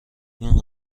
این